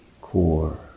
core